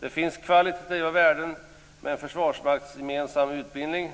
Det finns kvalitativa värden med en försvarsmaktsgemensam utbildning